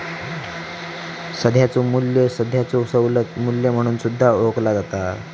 सध्याचो मू्ल्य सध्याचो सवलत मू्ल्य म्हणून सुद्धा ओळखला जाता